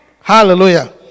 Hallelujah